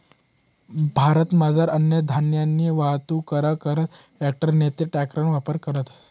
भारतमझार अन्नधान्यनी वाहतूक करा करता ट्रॅकटर नैते ट्रकना वापर करतस